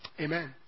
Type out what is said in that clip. Amen